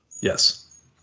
Yes